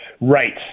Right